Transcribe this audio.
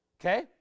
Okay